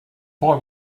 boy